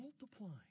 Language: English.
Multiplying